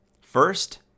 First